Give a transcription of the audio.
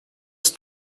ist